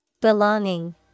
Belonging